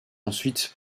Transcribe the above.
ensuite